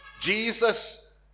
Jesus